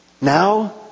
Now